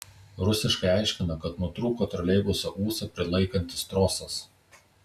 rusiškai aiškina kad nutrūko troleibuso ūsą prilaikantis trosas